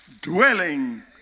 dwelling